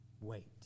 wait